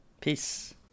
Peace